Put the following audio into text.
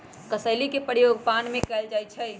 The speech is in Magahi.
कसेली के प्रयोग पान में कएल जाइ छइ